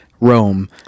Rome